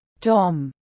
Tom